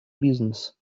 бизнес